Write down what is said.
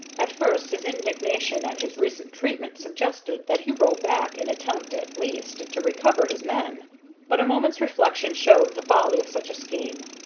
at first his indignation at his recent treatment suggested that he row back and attempt, at least, to recover his men but a moment's reflection showed the folly of such a scheme.